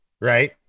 right